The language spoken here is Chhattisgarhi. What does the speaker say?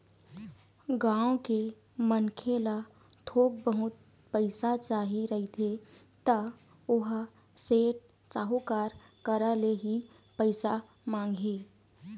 गाँव के मनखे ल थोक बहुत पइसा चाही रहिथे त ओहा सेठ, साहूकार करा ले ही पइसा मांगही